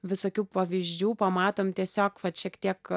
visokių pavyzdžių pamatom tiesiog vat šiek tiek